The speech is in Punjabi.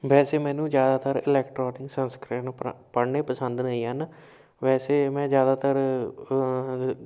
ਵੈਸੇ ਮੈਨੂੰ ਜ਼ਿਆਦਾਤਰ ਇਲੈਕਟ੍ਰੋਨਿਕ ਸੰਸਕਰਣ ਪਰ ਪੜ੍ਹਨੇ ਪਸੰਦ ਨਹੀਂ ਹਨ ਵੈਸੇ ਮੈਂ ਜ਼ਿਆਦਾਤਰ